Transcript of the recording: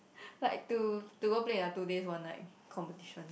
like to to go play in a two days one night competition